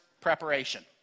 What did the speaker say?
preparation